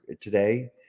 today